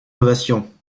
ovation